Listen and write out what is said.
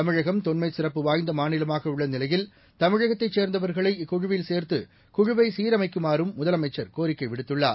தமிழகம் தொன்மைச்சிறப்புவாய்ந்தமாநிலமாகஉள்ளநிலையில் தமிழகத்தைச்சேர்ந்தவர்களைஇக்குழுவில்சேர்த்து குழுவைசீரமைக்குமாறும்முதலமைச்சர்கோரிக்கைவிடுத்துள் ளார்